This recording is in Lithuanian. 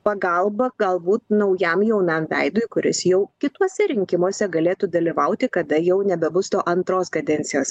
pagalba galbūt naujam jaunam veidui kuris jau kituose rinkimuose galėtų dalyvauti kada jau nebebus to antros kadencijos